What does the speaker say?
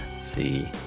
see